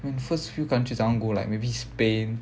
the first few countries I want to go like maybe spain